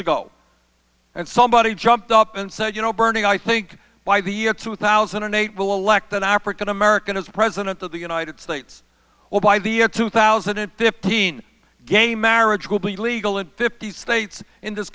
ago and somebody jumped up and said you know burning i think by the year two thousand and eight will lectern africa american as president of the united states or by the year two thousand and fifteen gay marriage will be legal in fifty states in this